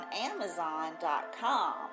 Amazon.com